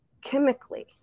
chemically